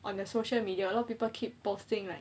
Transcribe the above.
on their social media a lot of people keep posting